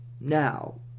Now